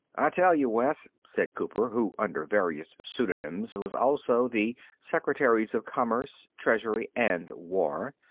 i tell you, wes, said cooper, who, under various pseudonyms, was also the secretaries of commerce, treasury and war,